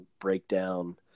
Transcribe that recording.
breakdown